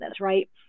right